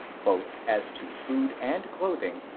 both as to food and clothing,